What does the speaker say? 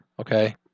Okay